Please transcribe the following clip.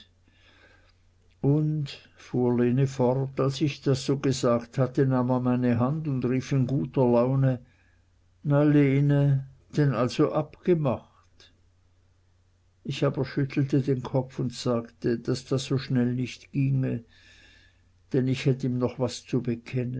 und fuhr lene fort als ich das so gesagt hatte nahm er meine hand und rief in guter laune na lene denn also abgemacht ich aber schüttelte den kopf und sagte daß das so schnell nicht ginge denn ich hätt ihm noch was zu bekennen